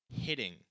hitting